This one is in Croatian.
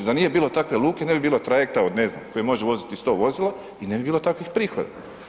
Da nije bilo takve luke, ne bi bilo trajekta, od ne znam, koji može voziti 100 vozila i ne bilo takvih prihoda.